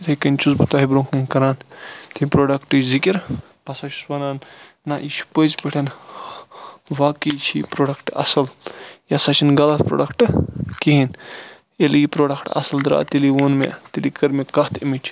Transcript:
یِتھے کنۍ چھُس بہٕ تۄہہِ برونٛہہ کُن کَران اَکہِ پروڈَکٹِچ ذکر بہٕ ہَسا چھُس وَنان نَہ یہِ چھُ پٔزۍ پٲٹھیٚن واقعی چھُ یہِ پروڈَکٹ اصل یہِ ہَسا چھُنہٕ غَلَط پروڈَکٹ کِہیٖنۍ ییٚلہِ یہِ پروڈَکٹ اصل دراو تیٚلی ووٚن مےٚ تیٚلی کٔر مےٚ کتھ اَمِچ